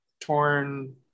torn